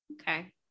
okay